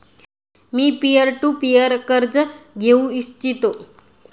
me peer to peer कर्ज घेऊ इच्छितो